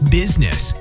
business